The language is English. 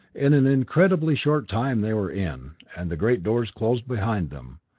in an incredibly short time they were in, and the great doors closed behind them.